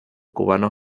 cubano